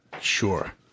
Sure